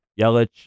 Yelich